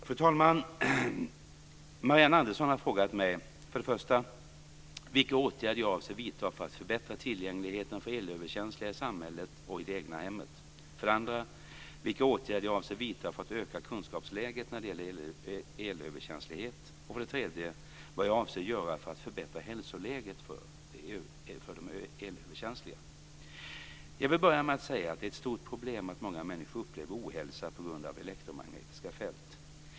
Fru talman! Marianne Andersson har frågat mig: för det första vilka åtgärder jag avser vidta för att förbättra tillgängligheten för elöverkänsliga i samhället och i det egna hemmet, för det andra vilka åtgärder jag avser vidta för att öka kunskapsläget när det gäller elöverkänslighet, för det tredje vad jag avser göra för att förbättra hälsoläget för de elöverkänsliga. Jag vill börja med att säga att det är ett stort problem att många människor upplever ohälsa på grund av elektromagnetiska fält.